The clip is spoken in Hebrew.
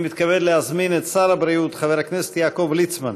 אני מתכבד להזמין שר הבריאות חבר הכנסת יעקב ליצמן